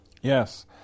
Yes